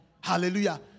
Hallelujah